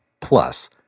Plus